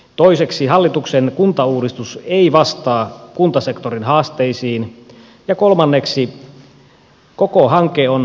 toiseksi hallituksen kuntauudistus ei vastaa kuntasektorin haasteisiin ja kolmanneksi koko hanke on epädemokraattinen